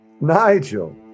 Nigel